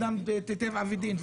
אדם טבע ודין,